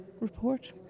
report